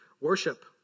worship